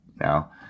now